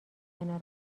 کنار